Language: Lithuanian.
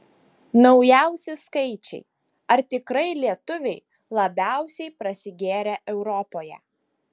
naujausi skaičiai ar tikrai lietuviai labiausiai prasigėrę europoje